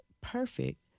perfect